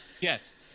Yes